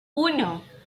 uno